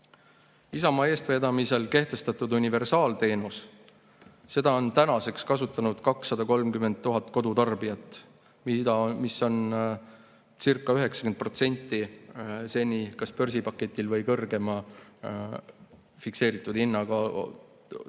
Isamaa eestvedamisel kehtestatud universaalteenust on tänaseks kasutanud 230 000 kodutarbijat, mis oncirca90% seni kas börsipaketiga või kõrgema fikseeritud hinnaga